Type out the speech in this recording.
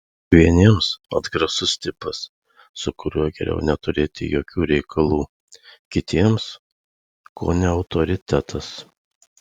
vieniems atgrasus tipas su kuriuo geriau neturėti jokių reikalų kitiems kone autoritetas